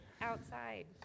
outside